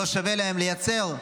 לא שווה להם לייצר,